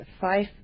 five